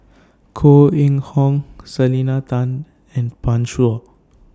Koh Eng Hoon Selena Tan and Pan Shou